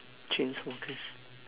chainsmokers